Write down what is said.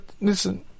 listen